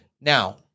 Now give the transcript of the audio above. Now